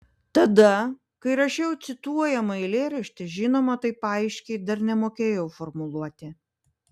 tada kai rašiau cituojamą eilėraštį žinoma taip aiškiai dar nemokėjau formuluoti